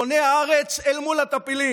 בוני הארץ אל מול הטפילים.